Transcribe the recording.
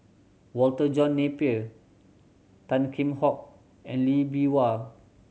Walter John Napier Tan Kheam Hock and Lee Bee Wah